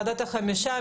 ועדת החמישה,